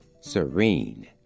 Serene